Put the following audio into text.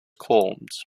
calmed